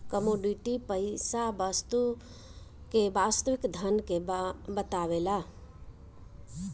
commodity पईसा वस्तु के वास्तविक धन के बतावेला